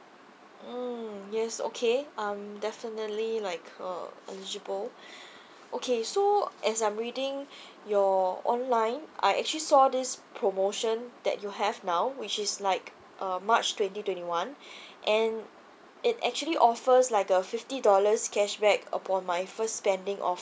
mm yes okay um definitely like uh eligible okay so as I'm reading your online I actually saw this promotion that you have now which is like uh march twenty twenty one and it actually offers like a fifty dollars cashback upon my first spending of